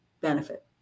benefit